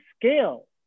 scale